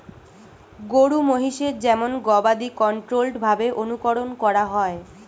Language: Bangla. গরু মহিষের যেমন গবাদি কন্ট্রোল্ড ভাবে অনুকরন করা হয়